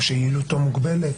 או שיעילותו מוגבלת,